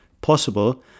possible